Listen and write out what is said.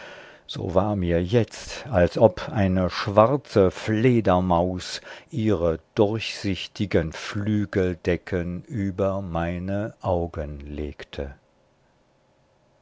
so war mir jetzt als ob eine schwarze fledermaus ihre durchsichtigen flügeldecken über meine augen legte